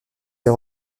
ces